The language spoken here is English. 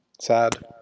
Sad